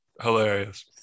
hilarious